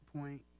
point